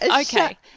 Okay